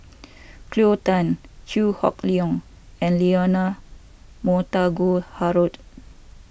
Cleo Thang Chew Hock Leong and Leonard Montague Harrod